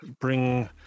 bring